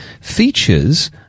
features